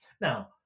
Now